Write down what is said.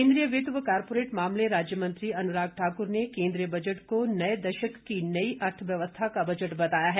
केन्द्रीय वित्त व कॉरपोरेट मामले राज्य मंत्री अनुराग ठाक्र ने केन्द्रीय बजट को नए दशक की नई अर्थव्यवस्था का बजट बताया है